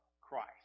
Christ